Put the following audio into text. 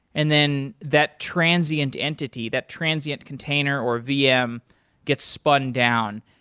and then that transient entity, that transient container or vm gets spun down.